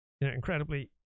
incredibly